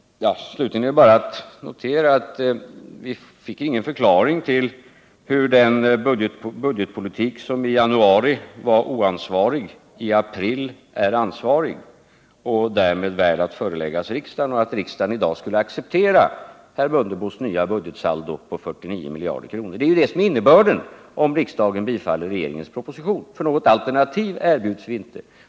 Slutligen noterar jag bara att vi inte fick någon förklaring på hur den budgetpolitik som i januari var oansvarig, i april är ansvarig och därmed värd att föreläggas riksdagen. Den politiken går ut på att riksdagen i dag skall acceptera herr Mundebos nya budgetsaldo på 49 miljarder kronor. Det blir innebörden, om riksdagen bifaller regeringens proposition. Något alternativ erbjuds vi inte.